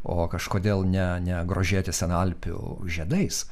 o kažkodėl ne ne grožėtis alpių žiedais